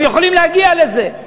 הם יכולים להגיע לזה.